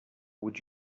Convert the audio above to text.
would